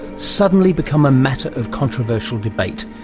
suddenly become a matter of controversial debate,